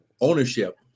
Ownership